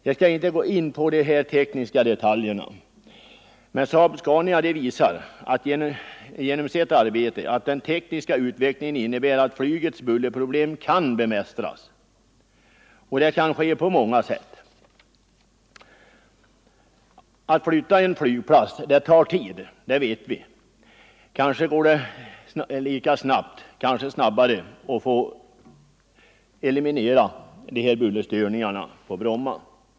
Jag skall inte gå in på dessa tekniska detaljer, men SAAB-Scania:s arbete i detta avseende visar att den tekniska utvecklingen medfört att flygets bullerproblem kan bemästras rätt långt. Det kan ske på olika sätt. Att flytta en flygplats tar tid — det vet vi. Kanske går det lika snabbt —- kanske snabbare — att eliminera bullerstörningarna på Bromma.